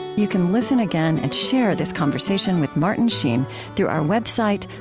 you can listen again and share this conversation with martin sheen through our website,